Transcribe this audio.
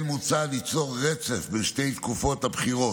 כן מוצע ליצור רצף בין שתי תקופות הבחירות,